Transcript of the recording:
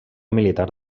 militar